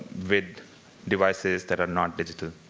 with devices that are not digital.